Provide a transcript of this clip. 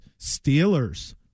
Steelers